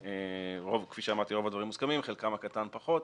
כפי שאמרתי, רוב הדברים מוסכמים, חלקם הקטן פחות.